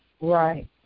Right